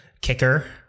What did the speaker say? kicker